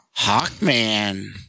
Hawkman